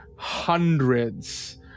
hundreds